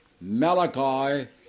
Malachi